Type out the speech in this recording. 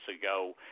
ago